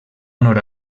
honor